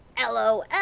LOL